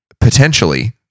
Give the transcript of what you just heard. potentially